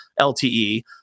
LTE